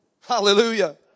Hallelujah